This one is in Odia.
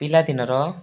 ପିଲାଦିନର